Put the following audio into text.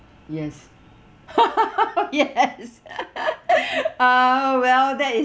yes yes uh well that is